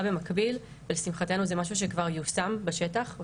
במקביל ולשמחתנו זה כבר משהו שכבר יושם בשטח.